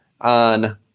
on